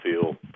feel